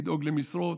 לדאוג למשרות.